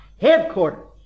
headquarters